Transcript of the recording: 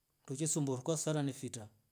Tuche sumburu kwa sare nefita